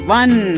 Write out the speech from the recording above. one